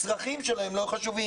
הצרכים שלהם לא חשובים.